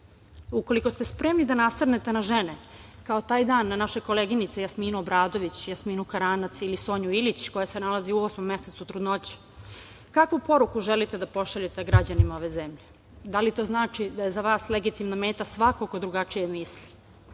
sramota. Ukoliko ste spremni da nasrnete na žene, kao taj dan na naše koleginice Jasminu Obradović, Jasminu Karanac ili Sonju Ilić koja se nalazi u osmom mesecu trudnoće, kakvu poruku želite da pošaljete građanima ove zemlje. Da li to znači da je za vas legitimna meta svako ko drugačije misli?